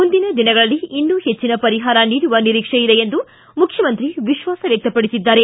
ಮುಂದಿನ ದಿನಗಳಲ್ಲಿ ಇನ್ನೂ ಹೆಚ್ಚನ ಪರಿಹಾರ ನೀಡುವ ನಿರೀಕ್ಷೆ ಇದೆ ಎಂದು ಮುಖ್ಯಮಂತ್ರಿ ವಿಶ್ವಾಸ ವ್ಯಕ್ತಪಡಿಸಿದ್ದಾರೆ